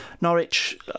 Norwich